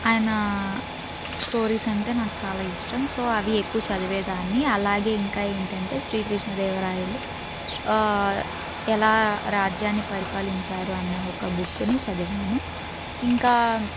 ఆయన స్టోరీస్ అంటే నాకు చాలా ఇష్టం సో అవి ఎక్కువ చదివేదాన్ని అలాగే ఇంకా ఏంటంటే శ్రీకృష్ణదేవరాయలు ఎలా రాజ్యాన్ని పరిపాలించారు అన్న ఒక బుక్కుని చదివాను ఇంకా